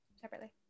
separately